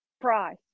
price